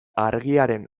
argiaren